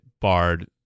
barred